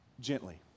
gently